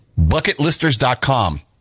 Bucketlisters.com